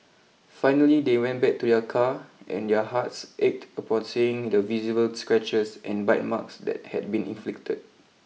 finally they went back to their car and their hearts ached upon seeing the visible scratches and bite marks that had been inflicted